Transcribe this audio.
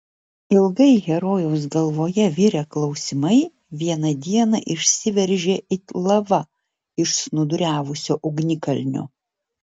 ilgai herojaus galvoje virę klausimai vieną dieną išsiveržė it lava iš snūduriavusio ugnikalnio